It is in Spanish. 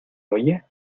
oye